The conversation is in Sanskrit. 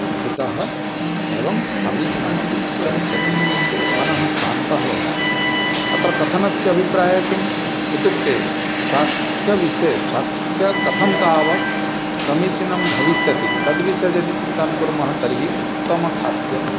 स्थितम् एवं समीचीनमपि भविष्यति मनः शान्तं भविष्यति अत्र कथनस्य अभिप्रायः किम् इत्युक्ते स्वास्थ्यविषये स्वास्थ्यं कथं तावत् समीचीनं भविष्यति तद्विषये यदि चिन्तां कुर्मः तर्हि उत्तमखाद्यं